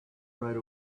right